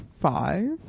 five